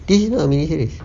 this is not a mini series